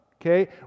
okay